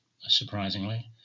surprisingly